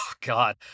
God